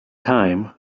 thyme